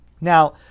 Now